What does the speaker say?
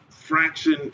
Fraction